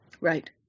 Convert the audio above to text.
Right